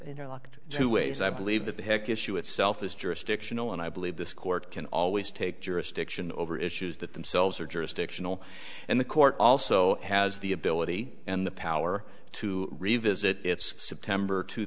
know locked into ways i believe that the heck issue itself is jurisdictional and i believe this court can always take jurisdiction over issues that themselves are jurisdictional and the court also has the ability and the power to revisit its september two